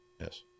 Yes